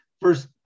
first